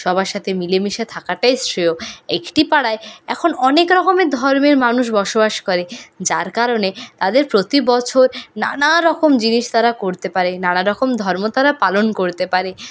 সবার সাথে মিলেমিশে থাকাটাই শ্রেয় একটি পাড়ায় এখন অনেক রকমের ধর্মের মানুষ বসবাস করে যার কারণে তাদের প্রতি বছর নানা রকম জিনিস তারা করতে পারে নানা রকম ধর্ম তারা পালন করতে পারে